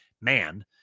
man